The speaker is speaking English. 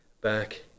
back